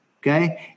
Okay